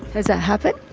has that happened?